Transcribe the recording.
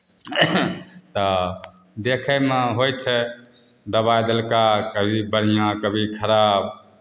तऽ देखयमे होइ छै दबाइ देलकै कभी बढ़िआँ कभी खराब